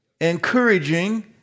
encouraging